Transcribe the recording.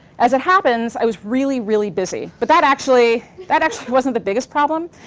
as it happens, i was really, really busy. but that actually that actually wasn't the biggest problem.